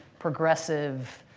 progressive